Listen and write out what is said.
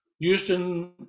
Houston